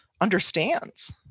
understands